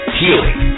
healing